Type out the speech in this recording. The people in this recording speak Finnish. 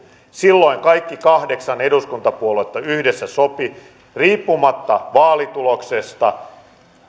silloin kaikki kahdeksan eduskuntapuoluetta yhdessä sopivat että riippumatta vaalituloksesta